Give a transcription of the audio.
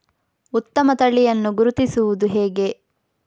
ಉತ್ತಮ ತಳಿಯನ್ನು ಗುರುತಿಸುವುದು ಹೇಗೆ?